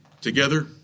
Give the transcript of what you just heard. together